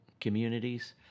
communities